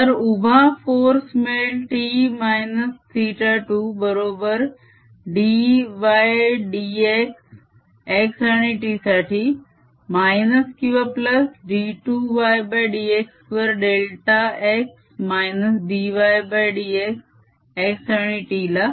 1≈tan 1∂y∂xxt2tan 2∂y∂xxxt∂y∂xxt2yx2x तर उभा फोर्स मिळेल T θ2 बरोबर dydx x आणि t साठी किंवा d2ydx2डेल्टा x -dydx x आणि t ला